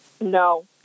No